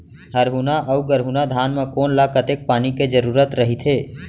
हरहुना अऊ गरहुना धान म कोन ला कतेक पानी के जरूरत रहिथे?